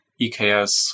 EKS